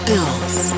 Bills